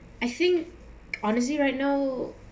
I think honestly right now